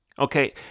Okay